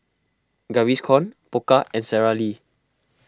Gaviscon Pokka and Sara Lee